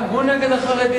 גם הוא נגד החרדים?